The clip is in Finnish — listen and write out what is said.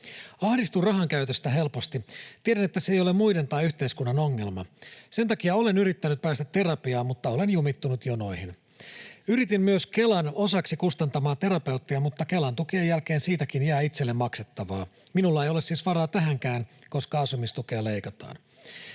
Ahdistun rahan käytöstä helposti. Tiedän, että se ei ole muiden tai yhteiskunnan ongelma. Sen takia olen yrittänyt päästä terapiaan, mutta olen jumittunut jonoihin. Yritin myös Kelan osaksi kustantamaa terapeuttia, mutta Kelan tukien jälkeen siitäkin jää itselle maksettavaa. Minulla ei ole siis varaa tähänkään, koska asumistukea leikataan.